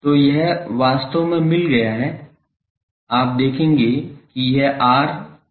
तो यह वास्तव में मिल गया है आप देखेंगे कि यह r रद्द हो जाएगा